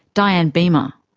diane beamer.